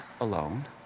alone